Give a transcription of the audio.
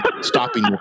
stopping